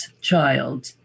child